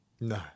No